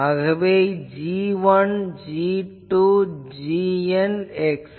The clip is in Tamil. ஆகவே g1 g2 gn etc